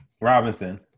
Robinson